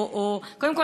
קודם כול,